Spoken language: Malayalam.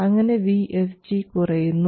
അങ്ങനെ VSG കുറയുന്നു